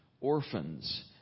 orphans